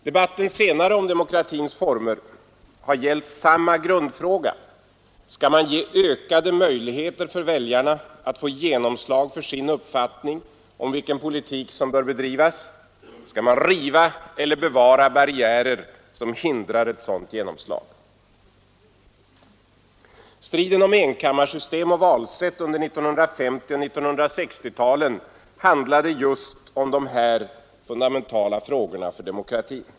Debatten om demokratins former har också senare gällt samma grundfråga: Skall man ge ökade möjligheter för väljarna att få genomslag för sin uppfattning om vilken politik som bör bedrivas; skall man riva eller bevara barriärer som hindrar ett sådant genomslag? Striden om enkammarsystem och valsätt under 1950 och 1960-talen handlade just om dessa för vår demokrati fundamentala frågor.